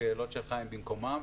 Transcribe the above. השאלות שלך במקומן.